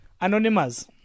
Anonymous